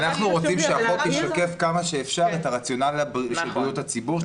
אנחנו רוצים שהחוק ישקף כמה שיותר את הרציונל של בריאות הציבור.